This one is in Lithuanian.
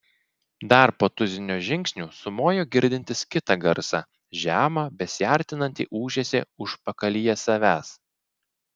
dar po tuzino žingsnių sumojo girdintis kitą garsą žemą besiartinantį ūžesį užpakalyje savęs